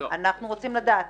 אנחנו רוצים לדעת.